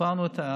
עברנו את,